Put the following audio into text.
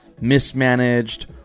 mismanaged